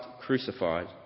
crucified